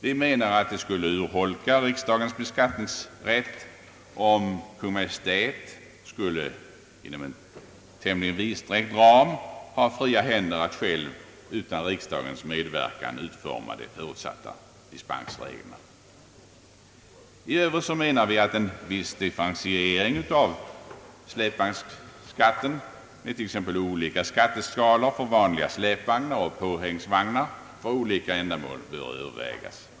Vi anser att det skulle urholka riksdagens beskattningsrätt, om Kungl. Maj:t skulle inom en tämligen vidsträckt ram ha fria händer att utan riksdagens medverkan utforma de ifrågasatta dispensreglerna. I övrigt anser vi att en viss differentiering av släpvagnsskatten med t.ex. olika skatteskalor för vanliga släpvagnar och påhängsvagnar för olika ändamål bör övervägas.